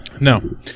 No